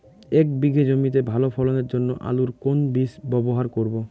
এক বিঘে জমিতে ভালো ফলনের জন্য আলুর কোন বীজ ব্যবহার করব?